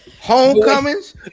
Homecomings